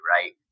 Right